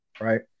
right